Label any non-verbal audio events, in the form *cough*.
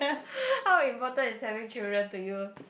*breath* how important is having children to you